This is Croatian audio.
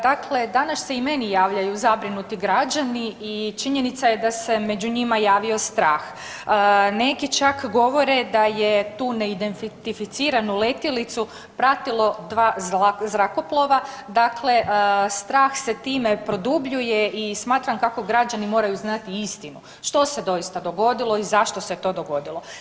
Dakle, danas se i meni javljaju zabrinuti građani i činjenica je da se među njima javio strah, neki čak govore da je tu neidentificiranu letjelicu pratilo dva zrakoplova, dakle, strah se time produbljuje i smatram kako građani moraju znati istinu, što se doista dogodilo i zašto se to dogodilo.